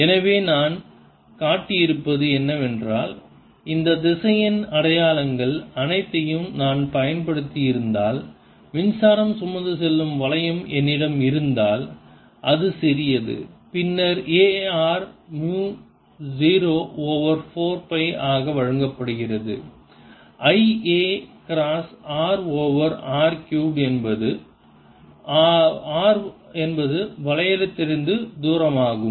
எனவே நான் காட்டியிருப்பது என்னவென்றால் இந்த திசையன் அடையாளங்கள் அனைத்தையும் நான் பயன்படுத்தியிருந்தால் மின்சாரம் சுமந்து செல்லும் வளையம் என்னிடம் இருந்தால் அது சிறியது பின்னர் A r mu 0 over 4 pi ஆக வழங்கப்படுகிறது I a cross r over r cube r என்பது வளையிலிருந்து தூரமாகும்